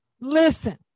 Listen